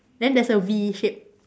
then there's a V shape